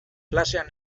klasean